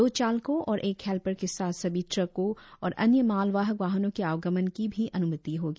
दो चालकों और एक हेल्पर के साथ सभी ट्रकों और अन्य मालवाहक वाहनों के आवगमन की भी अन्मति होगी